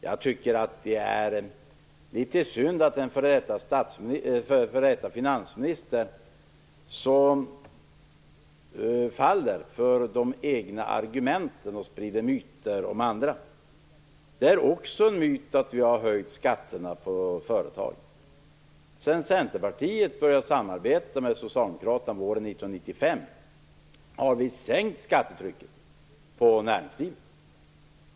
Jag tycker att det är litet synd att en före detta finansminister faller för de egna argumenten och sprider myter om andra. Det är också en myt att vi har höjt skatterna för företagen. Sedan Centerpartiet började samarbeta med Socialdemokraterna våren 1995 har vi sänkt skattetrycket på näringslivet.